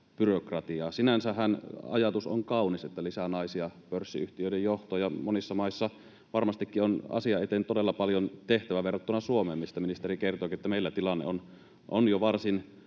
Sinänsähän ajatus on kaunis, että lisää naisia pörssiyhtiöiden johtoon, ja monissa maissa varmastikin on asian eteen todella paljon tehtävää verrattuna Suomeen, mistä ministeri kertoikin, että meillä tilanne on jo varsin